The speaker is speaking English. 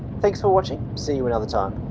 thanks for watching. see you another time.